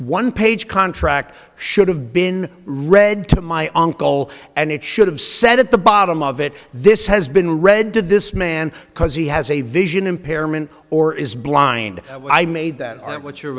one page contract should have been read to my uncle and it should have said at the bottom of it this has been read to this man because he has a vision impairment or is blind i made that what you